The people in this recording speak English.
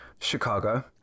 Chicago